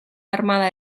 armada